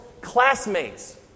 Classmates